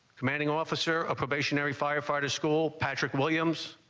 commanding officer. a probationary firefighter school. patrick williams